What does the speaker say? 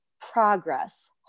progress